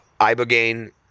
ibogaine